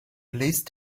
please